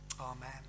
Amen